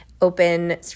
open